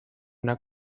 una